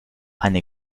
eine